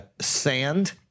Sand